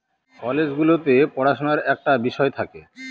college গুলোতে পড়াশুনার একটা বিষয় থাকে